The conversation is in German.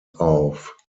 auf